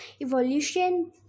evolution